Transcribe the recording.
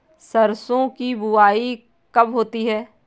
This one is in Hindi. सरसों की बुआई कब होती है?